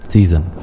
Season